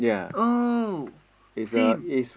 oh same